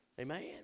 Amen